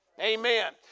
Amen